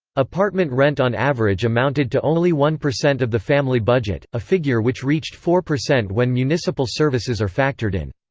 apartment rent on average amounted to only one percent of the family budget, a figure which reached four percent when municipal services are factored in.